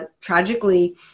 tragically